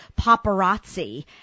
paparazzi